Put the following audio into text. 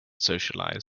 socialize